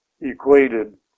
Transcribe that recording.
equated